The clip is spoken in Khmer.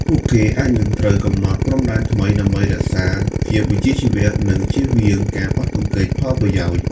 ពួកគេអាចនឹងត្រូវកំណត់ព្រំដែនថ្មីដើម្បីរក្សាភាពវិជ្ជាជីវៈ និងជៀសវាងការប៉ះទង្គិចផលប្រយោជន៍។